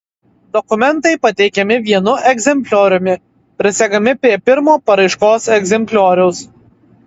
dokumentai pateikiami vienu egzemplioriumi prisegami prie pirmo paraiškos egzemplioriaus